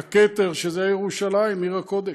הכתר, שזה ירושלים, עיר הקודש.